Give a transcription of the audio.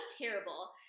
terrible